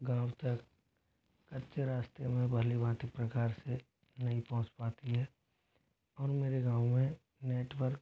गाँव तक कच्चे रास्ते में भली भाँति प्रकार से नहीं पहुँच पाती है और मेरे गाँव में नेटवर्क